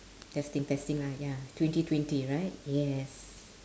testing testing lah ya twenty twenty right yes